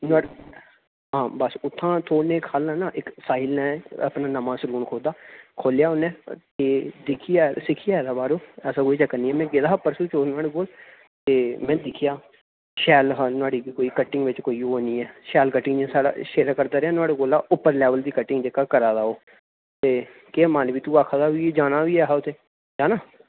but बस उत्थु'आं थोह्ड़ी नीं ख'ल्ल ना साहिल ने अपना नमां सलून खोह्लेआ उ'न ते दिक्खियै सिक्खियै आए दा बाह्रूं ऐसा कोई चक्कर नीं ऐ में गेदा हा परसूं चौथ नुआड़े कोल ते में दिक्खेआ शैल हा नुआढ़ी कटिंग बिच्च कोई ओह् नीं ऐ शैल कटिंग ही शैरा करदा रेहा नीं नुआड़े कोला उप्पर लैबल दी कटिंग जेह्का करादा ओह् ते केह् मन बी तू आक्खदा जाना बी ऐ हा उत्थै